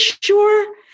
sure